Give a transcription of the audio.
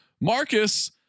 Marcus